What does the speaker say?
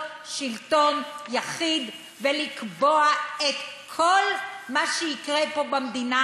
שלטון יחיד ולקבוע את כל מה שיקרה פה במדינה,